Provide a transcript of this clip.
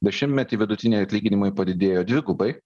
dešimtmetį vidutiniai atlyginimai padidėjo dvigubai